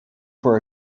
for